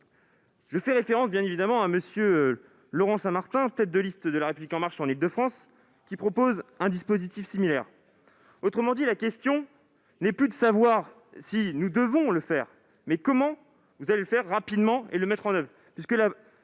Je fais référence bien évidemment à M. Laurent Saint-Martin, tête de liste de La République En Marche en Île-de-France, qui propose un dispositif similaire. Autrement dit, la question n'est plus de savoir si nous devons le faire, mais comment vous allez procéder pour le mettre en oeuvre